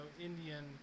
Indian